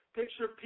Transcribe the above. picture